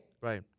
Right